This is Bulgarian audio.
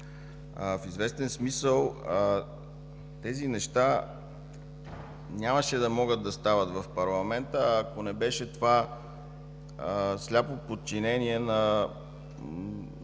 В известен смисъл тези неща нямаше да могат да стават в парламента, ако не беше това сляпо подчинение на